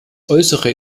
äußere